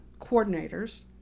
coordinators